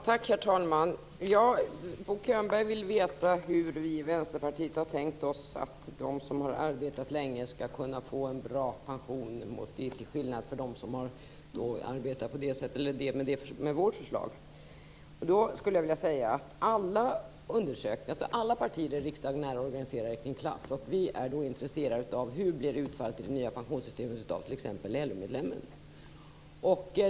Herr talman! Bo Könberg vill veta hur vi i Vänsterpartiet har tänkt oss att de som har arbetat länge skall kunna få en bra pension med vårt förslag. Jag skulle vilja säga att alla partier i riksdagen är organiserade kring klass. Vi är intresserade av hur utfallet i det nya pensionssystemet blir för LO medlemmen.